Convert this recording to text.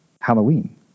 Halloween